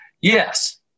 Yes